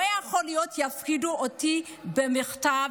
לא יכול להיות שיפחידו אותי במכתב